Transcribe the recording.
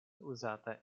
uzata